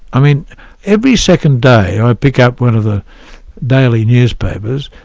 i mean every second day i pick up one of the daily newspapers,